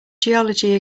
geology